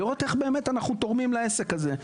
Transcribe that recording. לראות איך באמת אנחנו תורמים לעסק הזה.